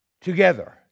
together